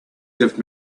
give